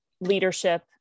leadership